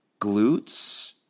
glutes